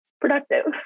productive